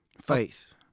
faith